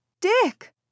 Dick